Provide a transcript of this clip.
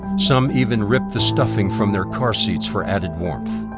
some even ripped the stuffing from their car seats for added warmth.